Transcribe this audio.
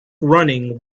running